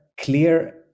clear